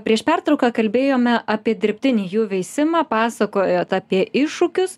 prieš pertrauką kalbėjome apie dirbtinį jų veisimą pasakojot apie iššūkius